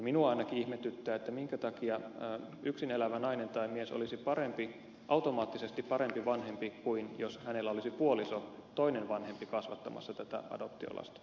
minua ainakin ihmetyttää minkä takia yksin elävä nainen tai mies olisi automaattisesti parempi vanhempi kuin jos hänellä olisi puoliso toinen vanhempi kasvattamassa tätä adoptiolasta